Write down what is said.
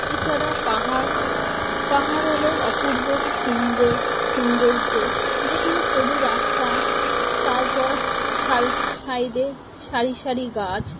এছাড়া পাহাড় পাহাড় হলো অপূর্ব সুন্দে সৌন্দর্যের যেখানে সরু রাস্তা তারপর সাইডে সারি সারি গাছ